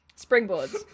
Springboards